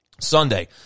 Sunday